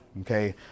okay